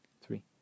three